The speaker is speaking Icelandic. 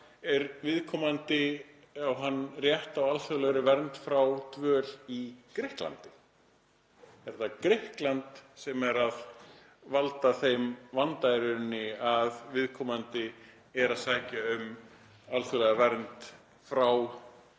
Á viðkomandi rétt á alþjóðlegri vernd frá dvöl í Grikklandi? Er það Grikkland sem er að valda þeim vanda að viðkomandi er að sækja um alþjóðlega vernd, er